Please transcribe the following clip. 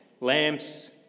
lamps